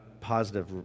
positive